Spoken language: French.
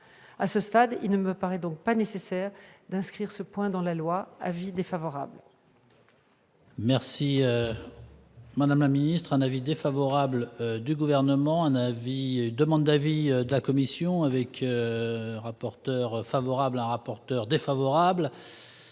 À ce stade, il ne me paraît donc pas nécessaire d'inscrire ce point dans la loi : avis défavorable.